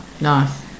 nice